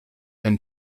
and